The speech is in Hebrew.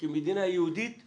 כמדינה יהודית ודמוקרטית.